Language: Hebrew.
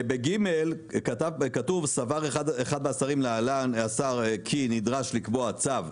וב-ג' כתוב סבר אחד מהשרים להלן השר כי נדרש לקבוע צו,